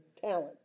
talent